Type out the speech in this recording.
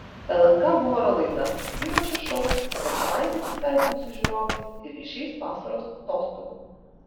lnk humoro laida dviračio šou kitą savaitę atsisveikins su žiūrovais ir išeis vasaros atostogų